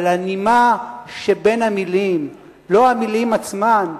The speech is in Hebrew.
אבל הנימה שבין המלים, לא המלים עצמן,